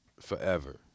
forever